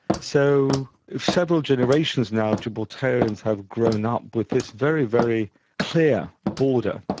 so several generations now of gibraltarians have grown up with this very, very clear border,